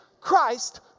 Christ